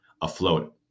afloat